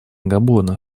габона